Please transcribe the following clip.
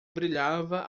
brilhava